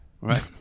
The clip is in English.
right